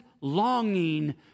longing